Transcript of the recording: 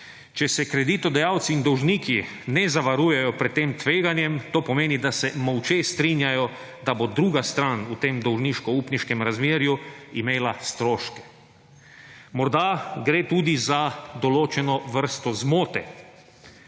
Če se kreditodajalci in dolžniki ne zavarujejo pred tem tveganjem, to pomeni, da se molče strinjajo, da bo druga stran v tem dolžniško-upniškem razmerju imela stroške. Morda gre tudi za določeno vrsto zmote,